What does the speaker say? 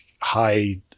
high